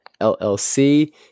LLC